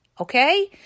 Okay